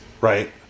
right